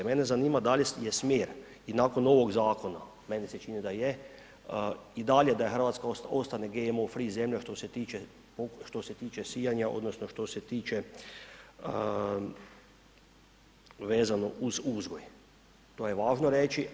Mene zanima da li je smjer i nakon ovog zakona, meni se čini da je i dalje da Hrvatska ostane GMO free zemlja što se tiče sijanja odnosno što se tiče vezano uz uzgoj, to je važno reći.